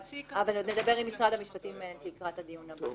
אבל עוד נדבר עם משרד המשפטים לקראת הדיון הבא.